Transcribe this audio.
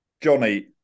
Johnny